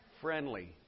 friendly